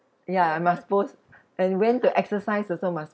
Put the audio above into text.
ya must post and went to exercise also must